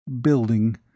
building